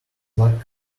lack